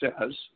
says